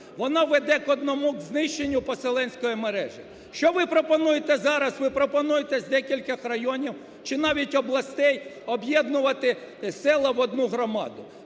воно веде к одному – к знищенню поселенської мережі. Що ви пропонуєте зараз? Ви пропонуєте з декількох районів чи навіть областей об'єднувати села в одну громаду.